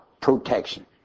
protection